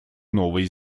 новой